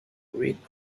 reading